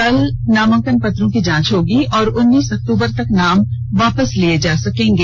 कल नामांकन पत्रों की जांच जांच होगी और उन्नीस अक्टूबर तक नाम वापस लिये जा सकेंगे